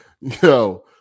Yo